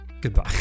Goodbye